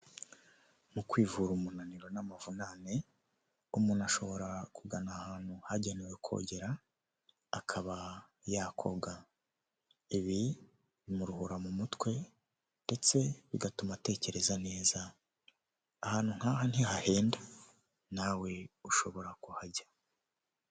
Mu kwivura umunaniro n'amavunane, umuntu ashobora kugana ahantu hagenewe kongera, akaba yakoga, ibi bimuruhura mu mutwe ndetse bigatuma atekereza neza, ahantu nk'aha ntihahenda nawe ushobora kuhajya.